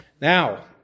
Now